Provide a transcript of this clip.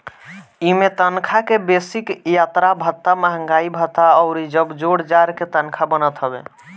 इमें तनखा के बेसिक, यात्रा भत्ता, महंगाई भत्ता अउरी जब जोड़ जाड़ के तनखा बनत हवे